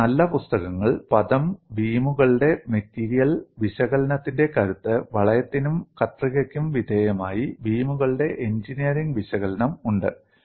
എന്നാൽ നല്ല പുസ്തകങ്ങൾ പദം ബീമുകളുടെ മെറ്റീരിയൽ വിശകലനത്തിന്റെ കരുത്ത് വളയത്തിനും കത്രികയ്ക്കും വിധേയമായി ബീമുകളുടെ എഞ്ചിനീയറിംഗ് വിശകലനം ഉണ്ട്